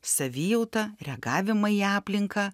savijautą reagavimą į aplinką